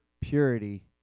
purity